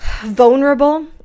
vulnerable